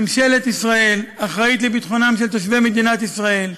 ממשלת ישראל אחראית לביטחונם של תושבי מדינת ישראל,